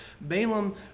Balaam